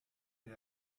der